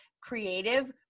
creative